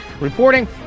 reporting